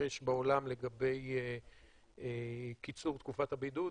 שמתרחש בעולם לגבי קיצור תקופת הבידוד,